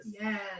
Yes